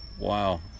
wow